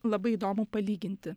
labai įdomu palyginti